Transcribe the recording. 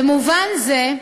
במובן זה,